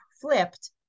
flipped